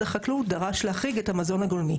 החקלאות דרש להחריג את המזון הגולמי.